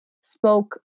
spoke